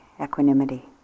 equanimity